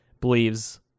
believes